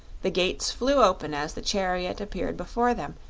the gates flew open as the chariot appeared before them,